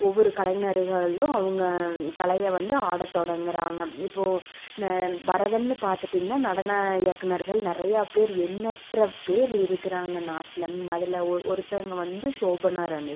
ஒவ்வொரு கலைஞர்களும் அவங்க கலையை வந்து ஆட தொடங்குறாங்க இப்போது நெ பரதம்னு பார்த்துட்டிங்கனா நடன இயக்குனர்கள் நிறையா பேர் எண்ணற்ற பேர் இருக்குறாங்க நாட்டில அது ஒ ஒருத்தவங்க வந்து ஷோபனா ரமேஷ்